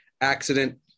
accident